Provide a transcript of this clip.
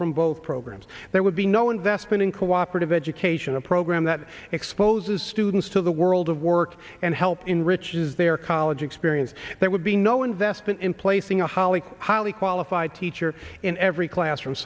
from both programs there would be no investment in cooperative education a program that exposes students to the world of work and help in riches their college experience there would be no investment in placing a highly highly qualified teacher in every classroom